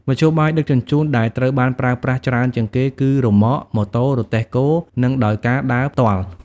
មធ្យោបាយដឹកជញ្ជូនដែលត្រូវបានប្រើប្រាស់ច្រើនជាងគេ គឺរ៉ឺម៉ក ម៉ូតូ រទេះគោ និងដោយការដើរផ្ទាល់។